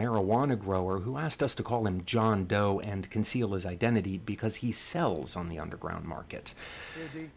marijuana grower who asked us to call him john doe and conceal his identity because he sells on the underground market